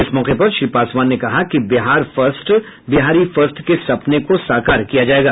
इस मौके पर श्री पासवान ने कहा कि बिहार फर्स्ट बिहारी फर्स्ट के सपनों को साकार किया जायेगा